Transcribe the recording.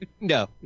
No